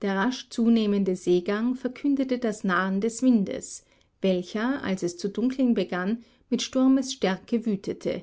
der rasch zunehmende seegang verkündete das nahen des windes welcher als es zu dunkeln begann mit sturmesstärke wütete